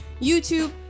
YouTube